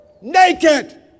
naked